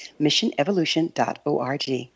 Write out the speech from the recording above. missionevolution.org